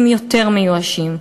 הם יותר מיואשים.